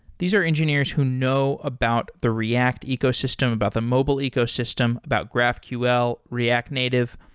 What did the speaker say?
these are engineers who know about the react ecosystem, about the mobile ecosystem, about graphql, react native.